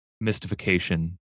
mystification